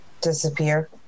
disappear